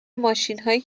ماشینهای